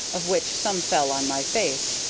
of which some fell on my face,